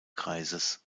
kreises